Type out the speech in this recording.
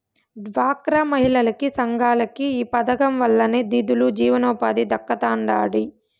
డ్వాక్రా మహిళలకి, సంఘాలకి ఈ పదకం వల్లనే నిదులు, జీవనోపాధి దక్కతండాడి